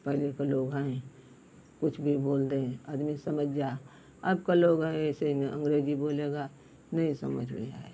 पहले के लोग हई कुछ भी बोल देई आदमी समझ जा अब का लोग है ऐसे अँग्रेजी बोलेगा नहीं समझ में आएगा